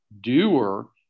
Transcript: doer